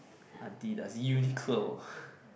Adidas Uniqlo